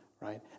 right